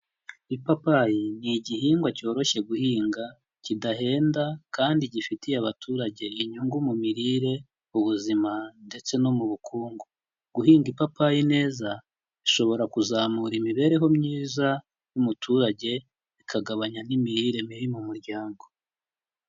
Ipapayi ni igihingwa cyoroshye guhinga kidahenda kandi gifitiye abaturage inyungu mu mirire, ubuzima ndetse no mu bukungu. Guhinga ipapayi neza bishobora kuzamura imibereho myiza y'umuturage bikagabanya n'imirire mibi mu muryango.